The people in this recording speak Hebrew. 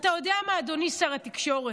ואתה יודע מה, אדוני שר התקשורת?